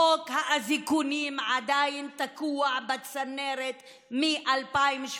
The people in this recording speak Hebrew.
חוק האזיקונים עדיין תקוע בצנרת מ-2017,